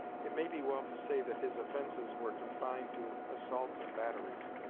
it may be well to say that his offences were confined to assaults and batteries,